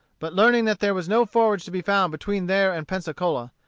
but learning that there was no forage to be found between there and pensacola,